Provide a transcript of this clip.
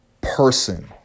person